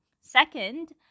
Second